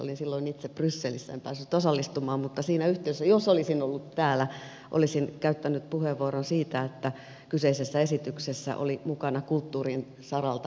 olin silloin itse brysselissä en päässyt osallistumaan mutta siinä yhteydessä jos olisin ollut täällä olisin käyttänyt puheenvuoron siitä että kyseisessä esityksessä oli mukana kulttuurin saralta iloisia uutisia